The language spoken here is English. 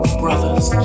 brothers